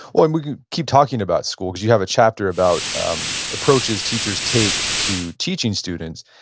ah and we can keep talking about school because you have a chapter about um approaches teachers take to teaching students.